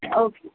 okay